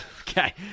Okay